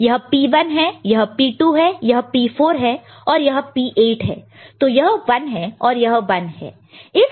यह P1 है यह P2 है यह P4 है और यह P8 है तो यह 1 है और यह 1 है